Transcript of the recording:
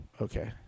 Okay